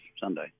Sunday